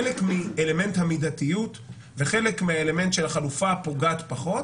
חלק מאלמנט המידתיות וחלק מהאלמנט של החלוקה הפוגעת פחות,